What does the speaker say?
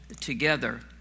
together